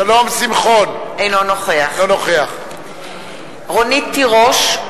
אינו נוכח רונית תירוש,